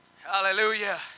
Hallelujah